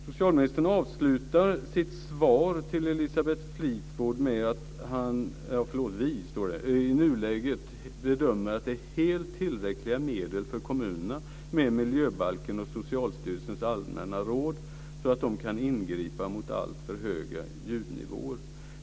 Socialministern avslutar sitt svar till Elisabeth Fleetwood enligt följande: "Miljöbalken och Socialstyrelsens Allmänna Råd bedömer vi i nuläget som helt tilräckliga medel för kommunerna att ingripa mot alltför höga ljudnivåer."